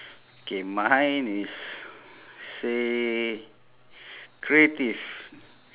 K mine is say creative